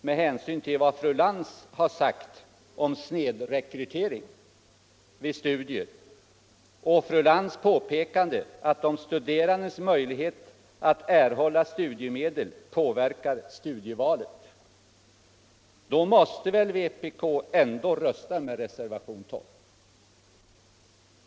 Med hänsyn till vad fru Lantz sagt om snedrekrytering vid studier och fru Lantz påpekande att de studerandes möjlighet att erhålla studiemedel påverkar studievalet måste väl vpk ändå rösta med reservationen 12.